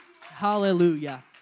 Hallelujah